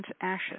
ashes